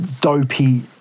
dopey